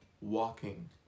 Walking